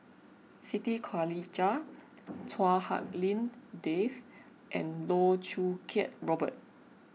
Siti Khalijah Chua Hak Lien Dave and Loh Choo Kiat Robert